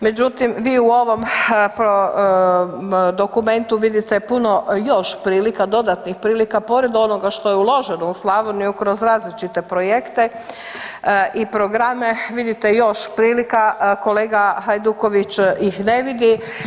Međutim, vi u ovom dokumentu vidite puno još prilika, dodatnih prilika pored onoga što je uloženo u Slavoniju kroz različite projekte i programe, vidite još prilika kolega Hajduković ih ne vidi.